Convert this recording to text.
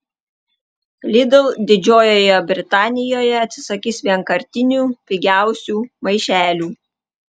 lidl didžiojoje britanijoje atsisakys vienkartinių pigiausių maišelių